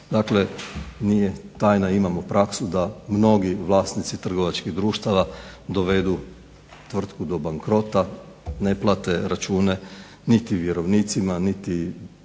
Dakle nije tajna, imamo praksu da mnogi vlasnici trgovačkih društava dovedu tvrtku do bankrota, ne plate račune niti vjerovnicima niti